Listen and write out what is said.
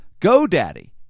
GoDaddy